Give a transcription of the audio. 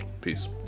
peace